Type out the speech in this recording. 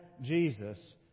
Jesus